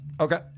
Okay